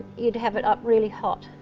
you'd have it up really hot.